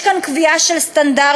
יש כאן קביעה של סטנדרטים.